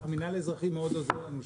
המנהל האזרחי מאוד עוזר לנו שם,